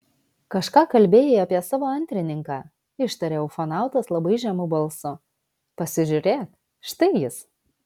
kažką kalbėjai apie savo antrininką ištarė ufonautas labai žemu balsu pasižiūrėk štai jis